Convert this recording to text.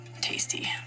tasty